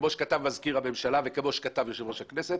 כמו שכתב מזכיר הממשלה ויושב-ראש הכנסת,